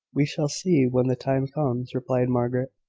we shall see when the time comes, replied margaret.